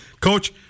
Coach